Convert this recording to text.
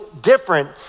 different